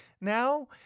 now